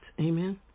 Amen